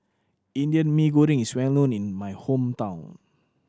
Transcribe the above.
Indian Mee Goreng is well known in my hometown